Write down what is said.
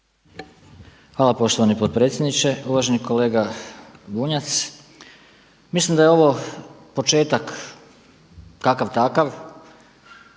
Hvala poštovani potpredsjedniče. Uvaženi kolega Bunjac, mislim da je ovo početak kakav takav